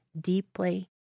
deeply